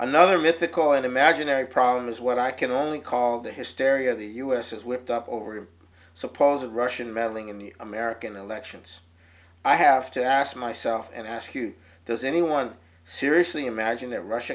another mythical and imaginary problem is what i can only call the hysteria the us has whipped up over him suppose a russian meddling in the american elections i have to ask myself and ask you does anyone seriously imagine that russia